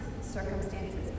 circumstances